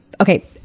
Okay